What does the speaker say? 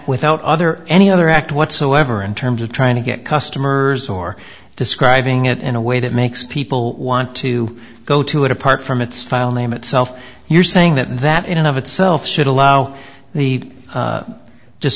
without other any other act whatsoever in terms of trying to get customers or describing it in a way that makes people want to go to it apart from its filename itself you're saying that that in and of itself should allow the just